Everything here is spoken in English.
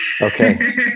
Okay